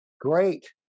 Great